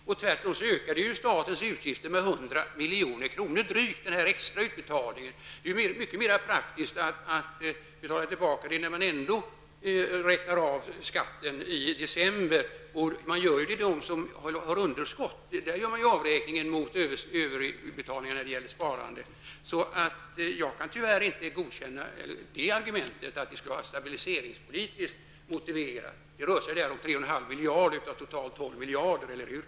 Den här extra utbetalningen ökar tvärtom statens utgifter med drygt 100 milj.kr. Det är mycket mera praktiskt att betala tillbaka det när man ändå räknar av skatten i december. Man gör det för dem som har underskott. Man gör då avräkningen mot återbetalningen av sparandet. Jag kan tyvärr inte godkänna argumentet att det skulle vara stabiliseringspolitiskt motiverat. Det rör sig om 3,5 miljard av totalt 12 miljarder, eller hur?